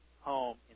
home